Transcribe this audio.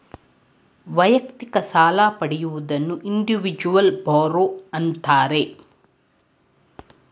ವೈಯಕ್ತಿಕ ಸಾಲ ಪಡೆಯುವುದನ್ನು ಇಂಡಿವಿಜುವಲ್ ಬಾರೋ ಅಂತಾರೆ